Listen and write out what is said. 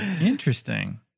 Interesting